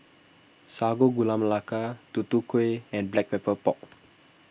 Sago Gula Melaka Tutu Kueh and Black Pepper Pork